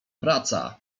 praca